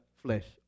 flesh